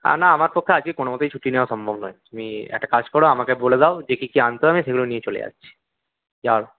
না আমার পক্ষে আজকে কোনও মতেই ছুটি নেওয়া সম্ভব নয় তুমি একটা কাজ করো তুমি আমাকে বলে দাও কি কি আনতে হবে সেগুলো নিয়ে চলে আসছি যাওয়ার